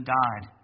died